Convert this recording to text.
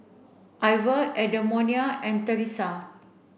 Iva Edmonia and Theresa